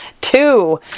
two